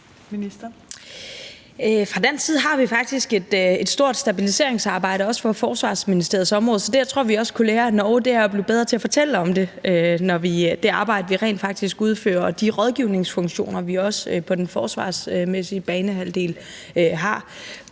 Fra dansk side har vi faktisk et stort stabiliseringsarbejde også på Forsvarsministeriets område, så det, jeg tror vi også kunne lære af Norge, er at blive bedre til at fortælle om det, altså det arbejde, vi rent faktisk udfører, og de rådgivningsfunktioner, vi også på den forsvarsmæssige banehalvdel har.